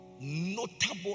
Notable